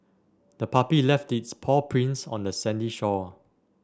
the puppy left its paw prints on the sandy shore